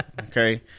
Okay